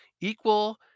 equal